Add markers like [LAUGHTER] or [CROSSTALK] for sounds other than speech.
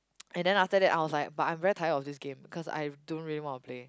[NOISE] and then after that I was like but I'm very tired of this game because I don't really want to play